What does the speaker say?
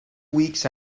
weeks